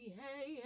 hey